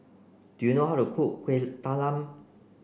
do you know how to cook Kueh Talam